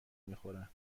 میخورن